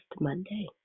Monday